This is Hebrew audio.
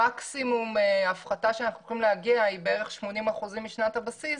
שמקסימום ההפחתה שאנחנו יכולים להגיע אליה היא בערך 80% משנת הבסיס,